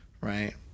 right